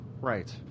Right